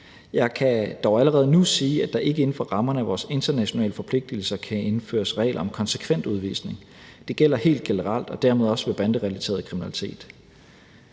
Jeg kan dog allerede nu sige, at der ikke inden for rammerne af vores internationale forpligtigelser kan indføres regler om konsekvent udvisning. Det gælder helt generelt og dermed også ved banderelateret kriminalitet.